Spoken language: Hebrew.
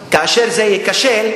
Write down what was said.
כי מי שעוד לא קנה,